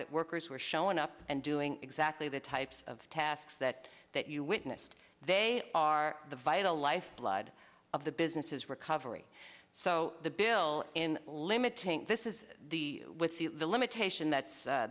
that workers were showing up and doing exactly the types of tasks that that you witnessed they are the vital lifeblood of the businesses recovery so the bill in limiting this is the with the limitation that's